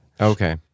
Okay